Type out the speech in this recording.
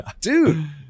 dude